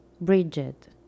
Bridget